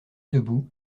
debout